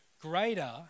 greater